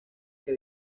que